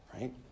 right